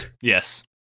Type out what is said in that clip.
Yes